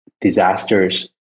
disasters